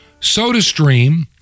SodaStream